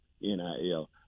NIL